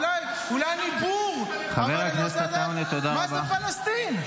אולי אני בור אבל אני רוצה לדעת מה זה פלסטין.